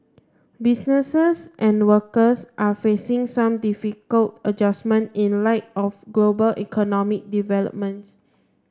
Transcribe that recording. businesses and workers are facing some difficult adjustment in light of global economic developments